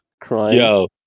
crying